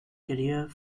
career